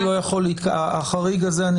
החריג הזה,